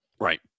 Right